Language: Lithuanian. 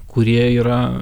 kurie yra